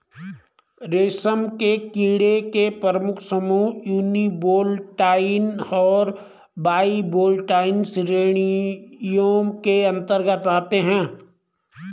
रेशम के कीड़ों के प्रमुख समूह यूनिवोल्टाइन और बाइवोल्टाइन श्रेणियों के अंतर्गत आते हैं